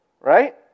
Right